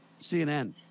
CNN